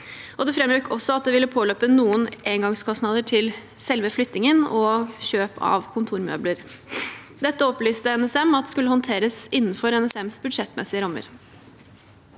Det framgikk også at det ville påløpe noen engangskostnader til selve flyttingen og kjøp av kontormøbler. Dette opplyste NSM at skulle håndteres innenfor NSMs budsjettmessige rammer.